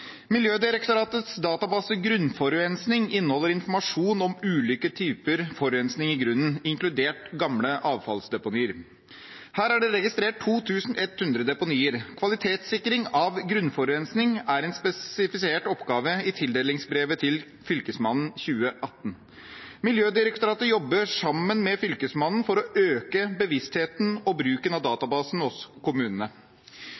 Miljødirektoratets database «Grunnforurensning» inneholder informasjon om ulike typer forurensning i grunnen, inkludert gamle avfallsdeponier. Her er det registrert 2 100 deponier. Kvalitetssikring av grunnforurensning er en spesifisert oppgave i tildelingsbrevet til Fylkesmannen i 2018. Miljødirektoratet jobber sammen med Fylkesmannen for å øke bevisstheten og bruken av